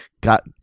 got